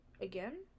again